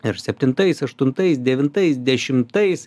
ir septintais aštuntais devintais dešimtais